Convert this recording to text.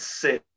sit